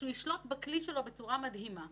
שדני דיין יכול לספר על החוויה שלו בארצות הברית.